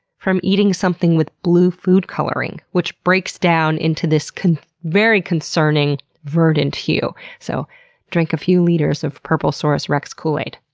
from eating something with blue food coloring, which breaks down into this very concerning verdant hue. so drink a few liters of purplesaurus rex kool aid.